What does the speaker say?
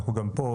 אנחנו גם פה,